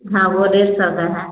हाँ वह डेढ़ सौ का है